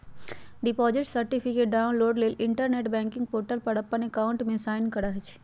deposit certificate download लेल internet banking portal पर अप्पन अकाउंट में साइन करइ छइ